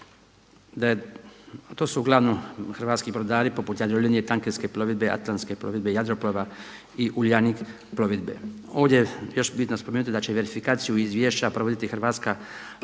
to su uglavnom hrvatski brodari poput Jadrolinije, Tankerske plovidbe, Atlanske plovidbe, Jadroplova i Uljanik plovidbe. Ovdje je još bitno spomenuti da će verifikaciju izvješća provoditi Hrvatska